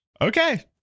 Okay